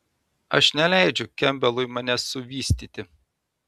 aš neleidžiu kempbelui manęs suvystyti